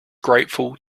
grateful